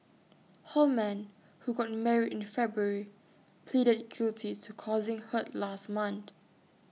Holman who got married in February pleaded guilty to causing hurt last month